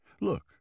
Look